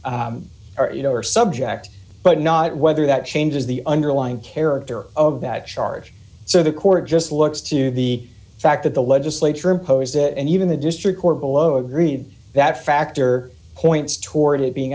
are you know are subject but not whether that changes the underlying character of that charge so the court just looks to the fact that the legislature imposes it and even the district court below agreed that factor points toward it being